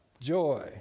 joy